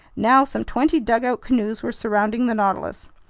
now some twenty dugout canoes were surrounding the nautilus.